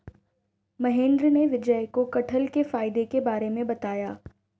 महेंद्र ने विजय को कठहल के फायदे के बारे में बताया